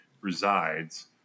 resides